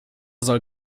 soll